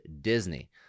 Disney